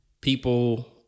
people